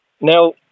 Now